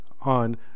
on